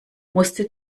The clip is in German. musste